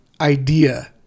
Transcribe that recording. idea